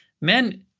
men